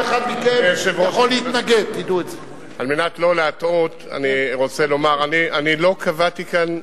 על מנת לא להטעות אני רוצה לומר: אני לא קבעתי כאן,